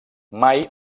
mai